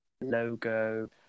logo